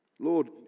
Lord